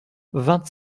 vingt